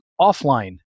offline